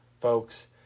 folks